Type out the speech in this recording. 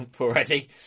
already